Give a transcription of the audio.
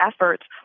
efforts